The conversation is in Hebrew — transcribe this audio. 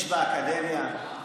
זאת הייתה הקדשה אישית.